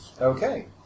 Okay